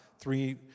Three